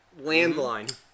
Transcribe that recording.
landline